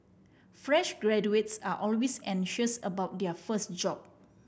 fresh graduates are always anxious about their first job